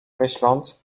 myśląc